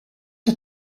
der